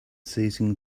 seizing